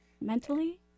mentally